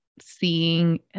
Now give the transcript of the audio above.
seeing